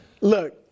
Look